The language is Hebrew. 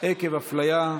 עקב הפליה),